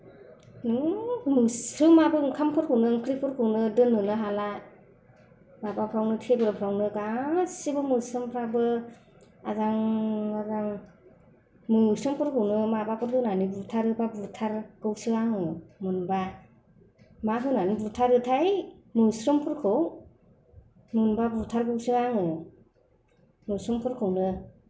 न' मोस्रोमाबो ओंखामफोरखौनो ओंख्रिफोरखौनो दोनहोनो हाला माबाफ्रावनो टेबोलफ्रावनो गासैबो मोस्रोमफ्राबो आजां गाजां मोस्रोमफोरखौनो माबाफोर होनानै बुथारोब्ला बुथारगौसो आङो मोनबा मा होनानै बुथारोथाय मोस्रोमफोरखौ मोनब्ला बुथारगौसो आङो मोस्रोमफोरखौनो